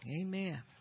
Amen